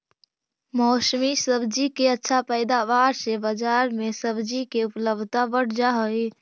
मौसमी सब्जि के अच्छा पैदावार से बजार में सब्जि के उपलब्धता बढ़ जा हई